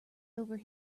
over